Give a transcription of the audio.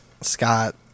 Scott